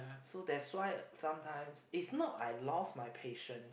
so that's why sometimes it's not I lost my patience